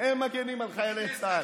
הם מגינים על חיילי צה"ל.